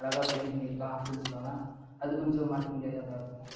அழகாக பெயிண்ட் பண்ணிருக்கான் அப்படின்னு சொல்லுவாங்கள் அது கொஞ்சம் மறக்க முடியாததாக இருக்கும்